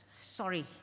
sorry